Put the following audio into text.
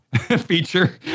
feature